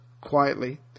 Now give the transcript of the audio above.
quietly